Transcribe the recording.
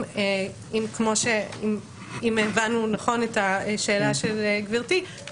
אם הבנו נכון את השאלה של גברתי,